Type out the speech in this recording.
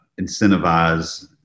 incentivize